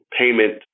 payment